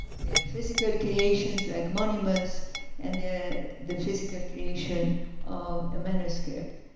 their physical creations like monuments and the the physical creation of a manuscript.